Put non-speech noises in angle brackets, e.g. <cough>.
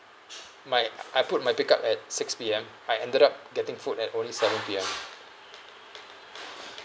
my <noise> I put my pick-up at six P_M I ended up getting food at only seven P_M